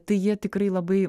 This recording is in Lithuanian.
tai jie tikrai labai